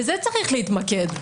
בזה צריכים להתמקד.